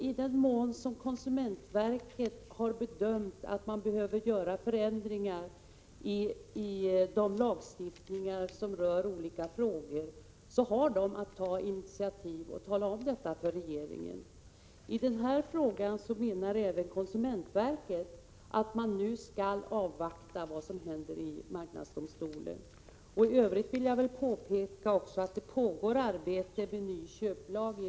I den mån konsumentverket bedömer att förändringar behöver göras i de lagstiftningar som berör olika frågor, har man att ta initiativet till att tala om detta för regeringen. När det gäller denna fråga menar även konsumentverket att man nu skall avvakta vad som händer i marknadsdomstolen. För övrigt vill jag påpeka att det i regeringskansliet pågår arbete med en ny köplag.